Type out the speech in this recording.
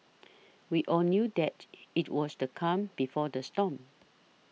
we all knew that it was the calm before the storm